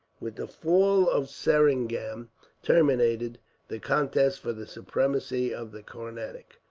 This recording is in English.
with the fall of seringam terminated the contest for the supremacy of the carnatic,